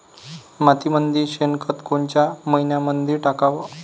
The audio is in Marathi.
मातीमंदी शेणखत कोनच्या मइन्यामंधी टाकाव?